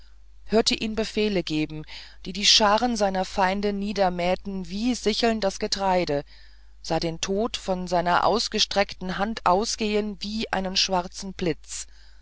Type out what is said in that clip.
hörte ihn befehle geben die die scharen seiner feinde niedermähten wie sicheln das getreide sah den tod von seiner vorgestreckten hand ausgehen wie einen schwarzen blitz